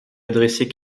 adresser